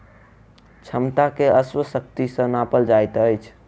क्षमता के अश्व शक्ति सॅ नापल जाइत अछि